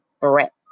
threat